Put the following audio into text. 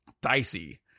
dicey